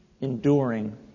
enduring